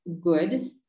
good